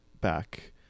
back